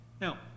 Now